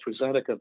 AstraZeneca